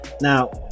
Now